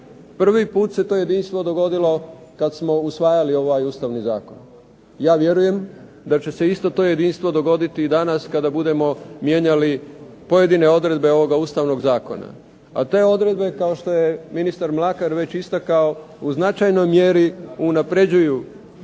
Prvi put se to jedinstvo dogodilo kada smo usvajali ovaj Ustavni zakon. Ja vjerujem da će se isto to jedinstvo dogoditi danas kada budemo mijenjali pojedine odredbe ovoga Ustavnoga zakona, a te odredbe kao što je ministar Mlakar već istakao u značajnoj mjeri unapređuju